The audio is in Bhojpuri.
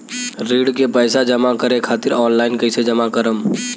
ऋण के पैसा जमा करें खातिर ऑनलाइन कइसे जमा करम?